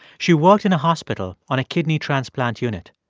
she worked in a hospital on a kidney transplant unit.